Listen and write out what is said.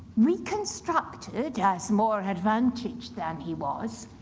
reconstructed yeah as more advantaged than he was.